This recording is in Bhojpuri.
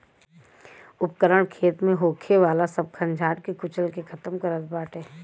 उपकरण खेत में होखे वाला सब खंजाट के कुचल के खतम करत बाटे